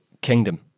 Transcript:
Kingdom